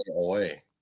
away